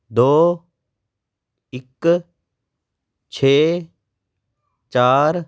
ਦੋ ਇੱਕ ਛੇ ਚਾਰ